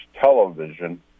television